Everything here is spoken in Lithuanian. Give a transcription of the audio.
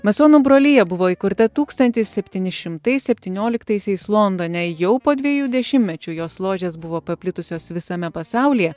masonų brolija buvo įkurta tūkstantis septyni šimtai septynioliktaisiais londone jau po dviejų dešimtmečių jos ložės buvo paplitusios visame pasaulyje